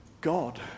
God